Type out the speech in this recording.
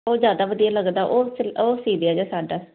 ਬੜੇ ਹੀ ਮੇਰੀ ਬਹੁਤ ਜਿਆਦਾ ਵਧੀਆ ਲੱਗਦਾ ਉਹ ਸੀ ਵੀ ਆ ਜਾ ਸਾਡਾ